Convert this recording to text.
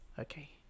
okay